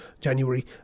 January